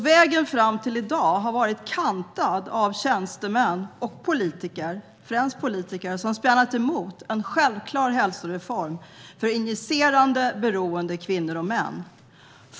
Vägen fram till i dag har varit kantad av tjänstemän och politiker, främst politiker, som spjärnat emot en självklar hälsoreform för injicerande, beroende kvinnor och män.